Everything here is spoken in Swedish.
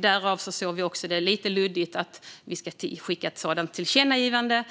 Därav ser vi det också som lite luddigt att vi ska skicka ett sådant tillkännagivande